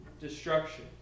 destruction